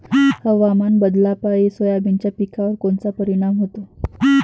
हवामान बदलापायी सोयाबीनच्या पिकावर कोनचा परिणाम होते?